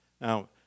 Now